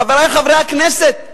חברי חברי הכנסת,